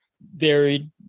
buried